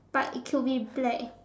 but it could be black